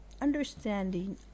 understanding